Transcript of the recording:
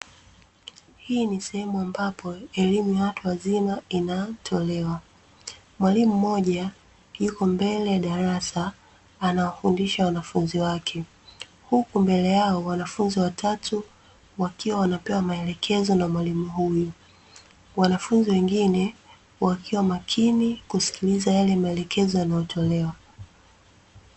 Hii ni sehemu ambapo elimu ya watu wazima inatolewa. Mwalimu mmoja yuko mbele ya darasa, anawafundisha wanafunzi wake, huku mbele yao wanafunzi watatu wakiwa wanapewa maelekezo na mwalimu huyu. Wanafunzi wengine wakiwa makini kusikiliza yale maelekezo yanayotolewa.